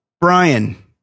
Brian